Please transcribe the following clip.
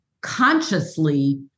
consciously